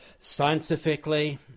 scientifically